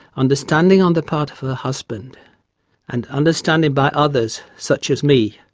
understanding on the part of her husband and understanding by others, such as me,